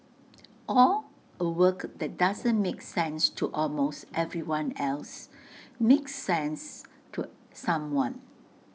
or A work that doesn't make sense to almost everyone else makes sense to someone